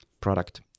product